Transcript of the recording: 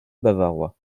bavarois